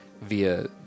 via